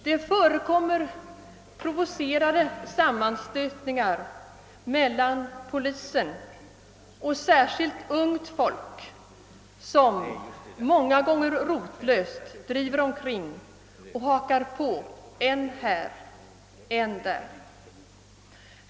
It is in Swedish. Det förekommer provocerade sammanstötningar mellan polisen och särskilt ungt folk som — många gånger rotlöst — driver omkring och »hakar på» än här och än där.